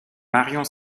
marion